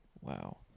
Wow